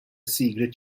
secret